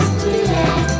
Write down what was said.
today